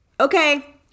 Okay